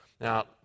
Now